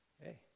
Hey